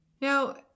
Now